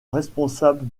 responsable